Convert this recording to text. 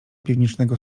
piwnicznego